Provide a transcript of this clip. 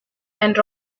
and